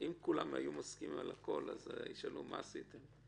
אם כולם היו מסכימים על הכול, ישאלו, מה עשיתם?